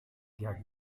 jak